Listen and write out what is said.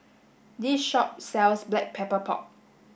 this shop sells black pepper pork